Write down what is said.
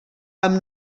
amb